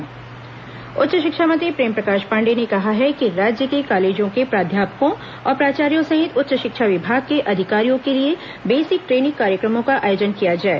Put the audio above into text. उच्च शिक्षा समीक्षा बैठक उच्च शिक्षा मंत्री प्रेमप्रकाश पांडेय ने कहा है कि राज्य के कॉलेजों के प्राध्यापकों और प्राचार्यों सहित उच्च शिक्षा विभाग के अधिकारियों के लिए बेसिक ट्रेनिंग कार्यक्रमों का आयोजन किया जाए